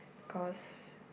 cause